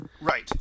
Right